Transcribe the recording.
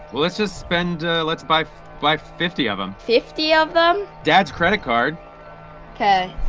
let's just spend let's buy like fifty of them fifty of them? dad's credit card ok